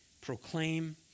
proclaim